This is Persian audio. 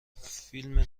فیلم